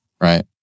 right